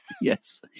Yes